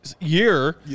year